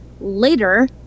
later